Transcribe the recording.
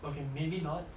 okay maybe not